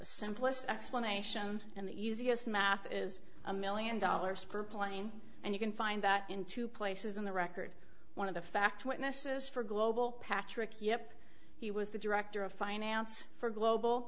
simplest explanation and the easiest math is a million dollars per plane and you can find that in two places in the record one of the fact witnesses for global patrick yep he was the director of finance for global